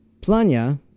Planya